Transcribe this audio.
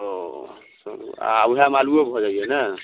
ओ आ वएहमे आलूओ भऽ जाइया ने